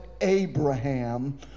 Abraham